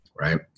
right